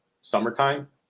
summertime